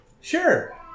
sure